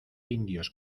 indios